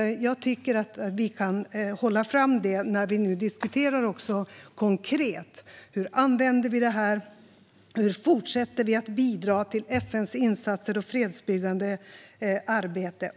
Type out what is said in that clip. När vi nu diskuterar konkret hur vi ska fortsätta att bidra till FN:s insatser och fredsbyggande arbete tycker jag att vi kan framhålla det.